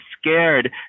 scared